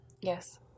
Yes